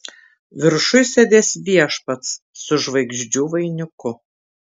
viršuj sėdės viešpats su žvaigždžių vainiku